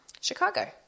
Chicago